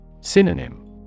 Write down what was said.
Synonym